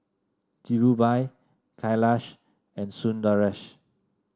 Dhirubhai Kailash and Sundaresh